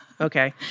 Okay